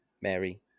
Mary